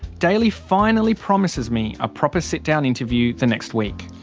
daly finally promises me a proper sit down interview the next week.